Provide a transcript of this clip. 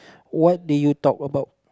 what did you talk about